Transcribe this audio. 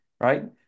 right